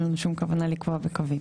אין לנו שום כוונה לקבוע בקווים.